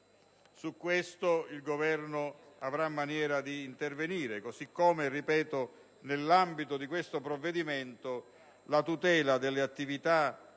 su questo il Governo avrà maniera di intervenire; così come - lo ribadisco - nell'ambito di questo provvedimento la tutela delle attività